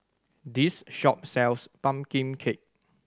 this shop sells pumpkin cake